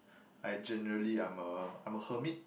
I generally I'm a I'm a hermit